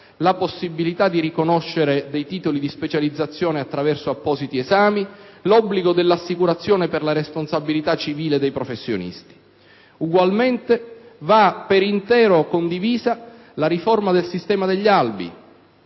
la possibilità di riconoscere dei titoli di specializzazione attraverso appositi esami, l'obbligo dell'assicurazione per la responsabilità civile dei professionisti. Ugualmente va per intero condivisa la riforma del sistema degli albi,